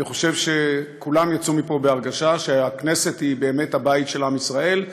אני חושב שכולם יצאו מפה בהרגשה שהכנסת היא באמת הבית של עם ישראל,